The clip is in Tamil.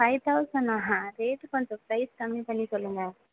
ஃபைவ் தௌசண்ட்னா ரேட்டு கொஞ்சம் ப்ரைஸ் கம்மி பண்ணி சொல்லுங்கள்